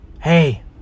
hey